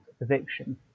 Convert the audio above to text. eviction